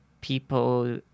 people